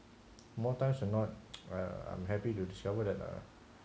more times you are not uh I'm happy to discover that ah